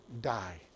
die